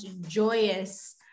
joyous